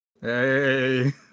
Hey